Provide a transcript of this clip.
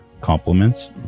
compliments